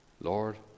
Lord